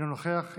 אינו נוכח.